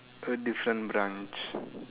a different branch